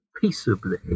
peaceably